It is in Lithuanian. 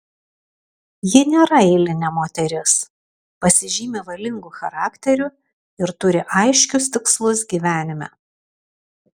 ji nėra eilinė moteris pasižymi valingu charakteriu ir turi aiškius tikslus gyvenime